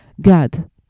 God